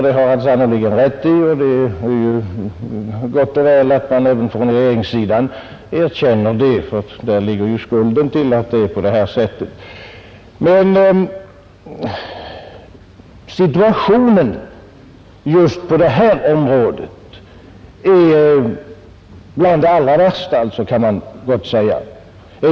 Det har han sannerligen rätt i, och det är gott och väl att man även från regeringshåll erkänner det, ty där ligger ju skulden till att det är på detta sätt. Men situationen på just det här området kan man gott säga är bland de allra värsta.